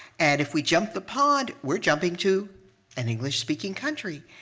and if we jump the pond, we're jumping to an english-speaking country.